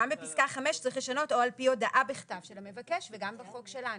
גם בפסקה (5) צריך לשנות "או על פי הודעה בכתב של המבקש" וגם בחוק שלנו,